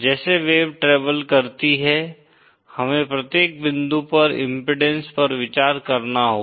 जैसे wave travel करती है हमें प्रत्येक बिंदु पर इम्पीडेन्स पर विचार करना होगा